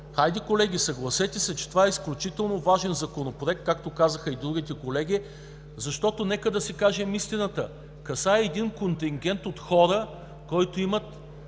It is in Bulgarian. Хайде, колеги, съгласете се, че това е изключително важен Законопроект, както казаха и други колеги, защото нека да си кажем истината, че касае един контингент от хора, които имат